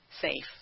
safe